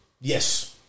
Yes